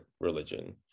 religion